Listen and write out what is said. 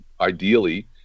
ideally